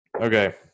Okay